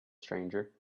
stranger